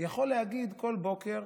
יכול להגיד כל בוקר: